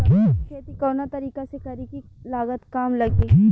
सब्जी के खेती कवना तरीका से करी की लागत काम लगे?